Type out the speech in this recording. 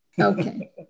Okay